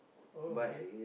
oh okay